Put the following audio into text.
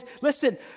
Listen